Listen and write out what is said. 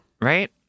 Right